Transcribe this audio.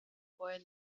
boy